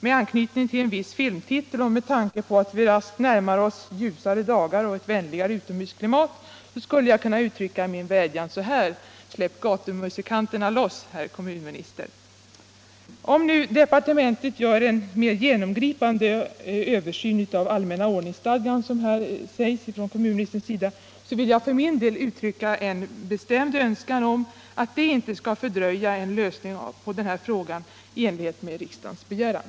Med anknytning till en viss filmtitel och med tanke på att vi raskt närmar oss ljusare dagar och ett vänligare utomhusklimat skulle jag kunna uttrycka min vädjan så här: Släpp gatumusikanterna loss, herr kommunminister! Om nu departementet gör en mer genomgripande översyn av allmänna ordningsstadgan, som här sägs från kommunministerns sida, vill jag för min del uttrycka en bestämd önskan om att det inte skall fördröja en lösning av denna fråga i enlighet med riksdagens begäran.